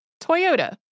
Toyota